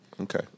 Okay